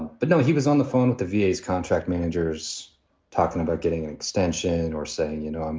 but no, he was on the phone with the v a. contract managers talking about getting an extension or saying, you know, um